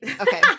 okay